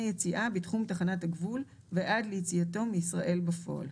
יציאה בתחום תחנת הגבול ועד ליציאתו מישראל בפועל.